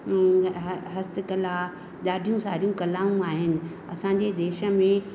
ऐं ह हस्तकला ॾाढियूं सारियूं कलाऊं आहिनि असांजे देश में